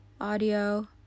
audio